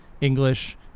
English